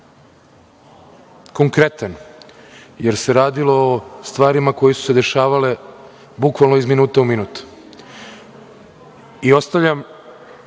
konkretan, jer se radilo o stvarima koje su se dešavale bukvalno iz minuta u minut. Ostavljam